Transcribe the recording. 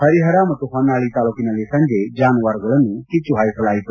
ಹರಿಹರ ಮತ್ತು ಹೊನ್ನಾಳಿ ತಾಲೂಕಿನಲ್ಲಿ ಸಂಜೆ ಜಾನುವಾರುಗಳನ್ನು ಕಿಚ್ಚು ಹಾಯಿಸಿದರು